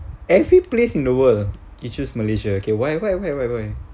every place in the world you choose malaysia okay why why why why why